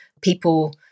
people